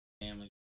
family